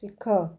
ଶିଖ